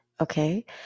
okay